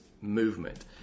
movement